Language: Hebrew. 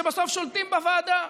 שבסוף שולטים בוועדה.